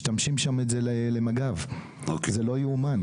משתמשים שם למג"ב, זה לא יאומן.